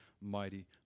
mighty